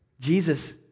Jesus